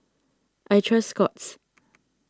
I trust Scott's